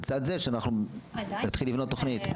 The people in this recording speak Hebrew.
לצד זה שאנחנו נתחיל לבנות תוכנית.